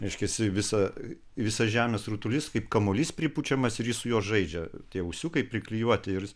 reiškiasi visą visas žemės rutulys kaip kamuolys pripučiamas ir jis su juo žaidžia tie ūsiukai priklijuoti ir jis